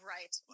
Right